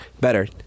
better